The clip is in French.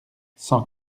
cent